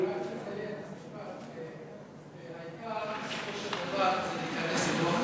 אני רק אומר שהעיקר בסופו של דבר זה להיכנס ללוח זמנים.